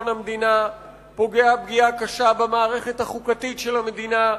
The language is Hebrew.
פוגע פגיעה קשה במערכת החוקתית של המדינה,